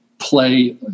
play